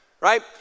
right